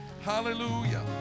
Hallelujah